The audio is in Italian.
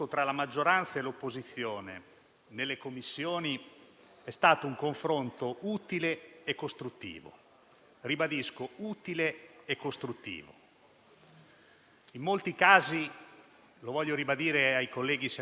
diversi emendamenti, frutto di una collaborazione costruttiva tra maggioranza e opposizione. I relatori hanno svolto un compito complesso e difficile con equilibrio; il Governo ha contribuito